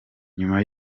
nyuma